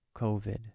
COVID